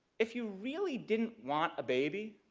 if you really didn't want a baby